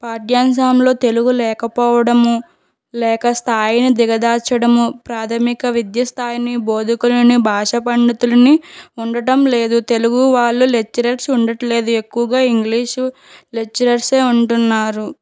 పాఠ్యాంశంలో తెలుగు లేకపోవడము లేక స్థాయిని దిగజార్చడము ప్రాథమిక విద్య స్థాయిని బోధకులను భాష పండితులని ఉండటం లేదు తెలుగు వాళ్ళు లెక్చరర్స్ ఉండటం లేదు ఎక్కువగా ఇంగ్లీష్ లెక్చరర్సే ఉంటున్నారు